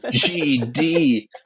GD